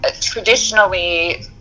traditionally